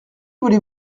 voulez